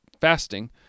fasting